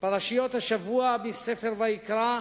שבוע בספר ויקרא: